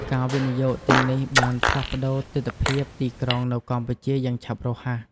ការវិនិយោគទាំងនេះបានផ្លាស់ប្តូរទិដ្ឋភាពទីក្រុងនៅកម្ពុជាយ៉ាងឆាប់រហ័ស។